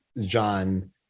John